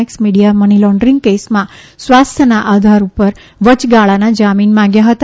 x Media money laundering કેસમાં સ્વાસ્થયના આધાર ઉપર વચગાળાના જામીન માગ્યા હતા